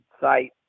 site